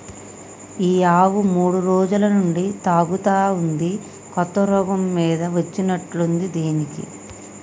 ఈ ఆవు మూడు రోజుల నుంచి తూగుతా ఉంది కొత్త రోగం మీద వచ్చినట్టుంది దీనికి